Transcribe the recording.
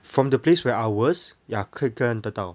from the place where I was ya 可以看得到